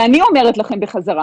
ואני אומרת לכם בחזרה